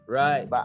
right